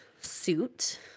suit